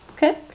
Okay